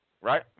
Right